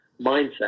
mindset